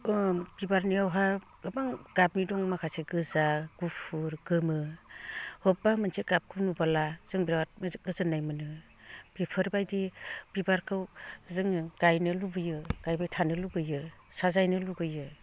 बिबारनियावहाय गोबां गाबनि दं माखासे गोजा गुफुर गोमो बबेबा मोनसे गाबखौ नुबोला जों बिराद गोजोन्नाय मोनो बेफोरबायदि बिबारखौ जोङो गायनो लुगैयो गायबाय थानो लुगैयो साजायनो लुगैयो